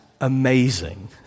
amazing